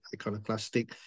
iconoclastic